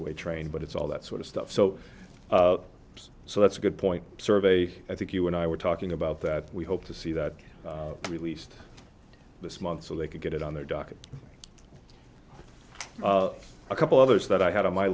away train but it's all that sort of stuff so so that's a good point survey i think you and i were talking about that we hope to see that released this month so they can get it on their docket a couple others that i had on my